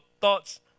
thoughts